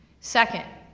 second,